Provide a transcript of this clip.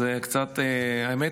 אז האמת